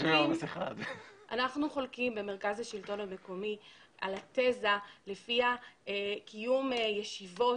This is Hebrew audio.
אנחנו חולקים במרכז השלטון המקומי על התזה לפיה קיום ישיבות